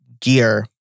gear